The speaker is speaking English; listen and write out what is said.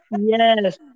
Yes